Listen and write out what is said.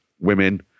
women